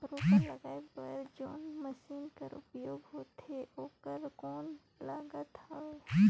रोपा लगाय बर जोन मशीन कर उपयोग होथे ओकर कौन लागत हवय?